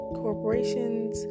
corporations